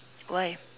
why